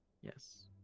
yes